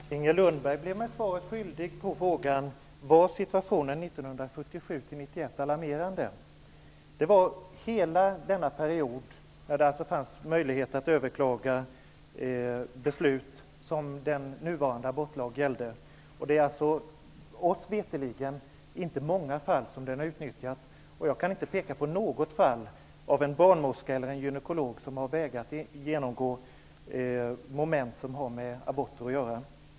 Herr talman! Inger Lundberg blev mig svaret skyldig på frågan om situationen 1977--1991 var alarmerande. Hela denna period -- då det fanns möjlighet att överklaga beslut -- gällde den nuvarande abortlagen. Oss veterligen har den inte utnyttjats i många fall. Jag kan inte peka på något fall då en barnmorska eller gynekolog har vägrat att utföra moment som har med aborter att göra.